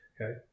Okay